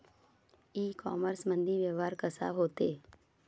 इ कामर्समंदी व्यवहार कसा होते?